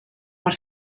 per